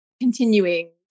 continuing